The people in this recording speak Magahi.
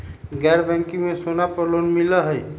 गैर बैंकिंग में सोना पर लोन मिलहई?